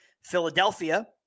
Philadelphia